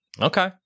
Okay